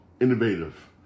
innovative